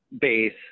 base